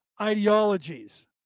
Ideologies